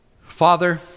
Father